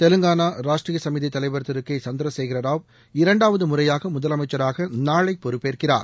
தெலுங்கானா ராஷ்ட்ரீய சமிதி தலைவர் திரு கே சந்திரசேகரராவ் இரண்டாவது முறையாக முதலமைச்சராக நாளை பொறுப்பேற்கிறார்